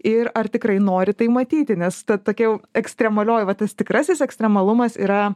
ir ar tikrai nori tai matyti nes ta tokia jau ekstremalioji va tas tikrasis ekstremalumas yra